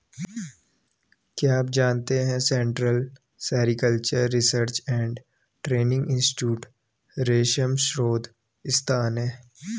क्या आप जानते है central sericultural research and training institute रेशम शोध संस्थान है?